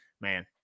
Man